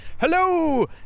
Hello